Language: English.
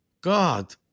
God